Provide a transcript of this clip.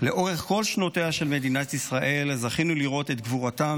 לאורך כל שנותיה של מדינת ישראל זכינו לראות את גבורתם